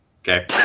Okay